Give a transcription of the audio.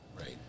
Right